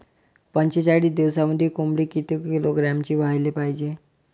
पंचेचाळीस दिवसामंदी कोंबडी किती किलोग्रॅमची व्हायले पाहीजे?